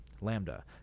Lambda